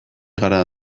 gara